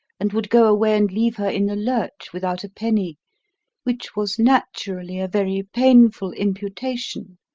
and would go away and leave her in the lurch without a penny which was naturally a very painful imputation.